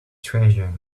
treasure